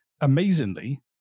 Amazingly